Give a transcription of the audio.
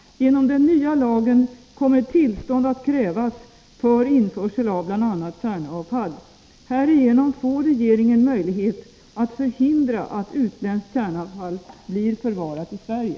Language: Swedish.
Genom den nya lagen kommer tillstånd att krävas för införsel av bl.a. kärnavfall. Härigenom får regeringen möjlighet att förhindra att utländskt kärnavfall blir förvarat i Sverige.